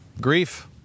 grief